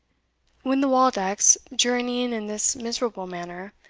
when the waldecks, journeying in this miserable manner,